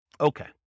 Okay